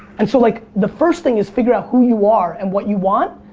and so like, the first thing is figure out who you are, and what you want.